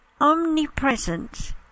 omnipresent